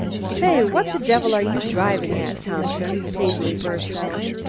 say, what the devil are you driving at, thompson? paisley burst out.